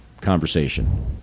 conversation